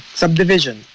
subdivision